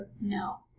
No